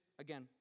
again